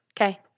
Okay